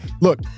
look